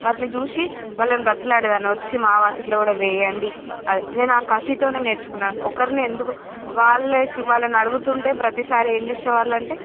వాటిని చూసి వాళ్ళని బ్రతిమిలాడేదాన్ని వచ్చి మా వాకిట్లో కూడా వేయండి అది నేను ఆ కసితోనే నేర్చుకున్న ఒకరిని ఎందుకు వాళ్లకి వాళ్లని అడుగుతుంటే ప్రతిసారి ఏం చేసే వాళ్ళంటే